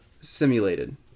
simulated